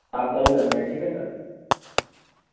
آپ ڈن کر دیں ٹھیک ہے سر